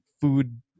food